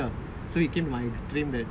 she said she prayed last time she will do lah